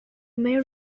main